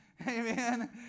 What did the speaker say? Amen